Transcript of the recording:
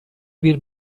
bir